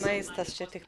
maistas čia tik